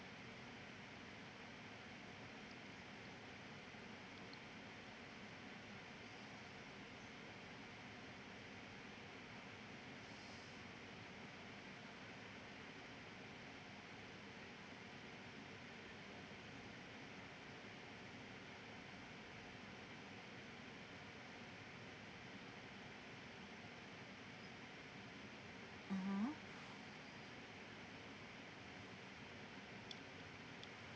mmhmm